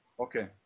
Okay